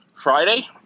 Friday